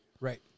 Right